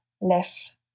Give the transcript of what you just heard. less